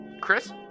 chris